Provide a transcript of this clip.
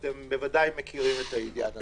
אתם ודאי מכירים את העניין הזה.